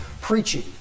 preaching